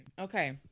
Okay